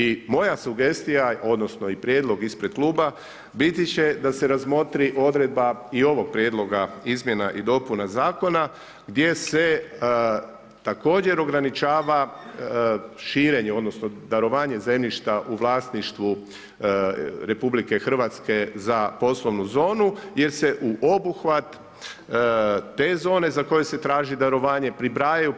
I moja sugestija odnosno i prijedlog ispred kluba biti će da se razmotri odredba i ovog prijedloga izmjena i dopuna zakona, gdje se također ograničava, širenje, odnosno, darovanje zemljišta u vlasništvu RH za poslovnu zonu, jer se u obuhvat te zone, za koju se traži darovanje pribrajaju